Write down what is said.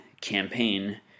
campaign